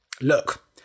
Look